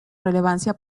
relevancia